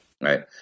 right